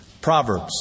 Proverbs